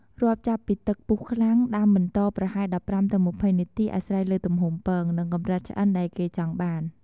រាប់ចាប់ពីពេលទឹកពុះខ្លាំង ដាំបន្តប្រហែល ១៥ ទៅ ២០ នាទីអាស្រ័យលើទំហំពង និងកម្រិតឆ្អិនដែលគេចង់បាន។